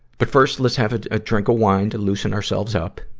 but first, let's have a, a drink of wine to loosen ourselves up.